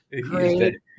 Great